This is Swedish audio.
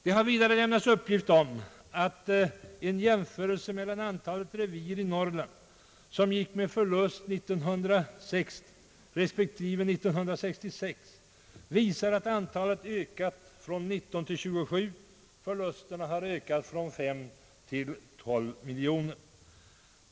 Det har vidare lämnats uppgift om att en jämförelse mellan antalet revir inom Norrland som gick med förlust 1960 respektive 1966 visar att antalet ökat från 19 till 27. Förlusterna har ökat från 5 till 12 miljoner kronor.